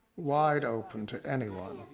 wide open to anyone.